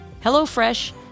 HelloFresh